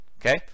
Okay